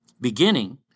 beginning